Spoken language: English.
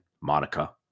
Monica